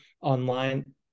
online